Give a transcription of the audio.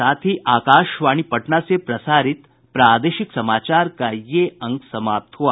इसके साथ ही आकाशवाणी पटना से प्रसारित प्रादेशिक समाचार का ये अंक समाप्त हुआ